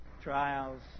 trials